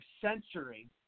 censoring